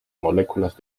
moléculas